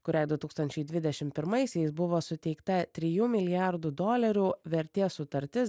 kuriai du tūkstančiai dvidešim pirmaisiais buvo suteikta trijų milijardų dolerių vertės sutartis